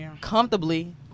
comfortably